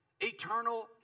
eternal